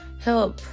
help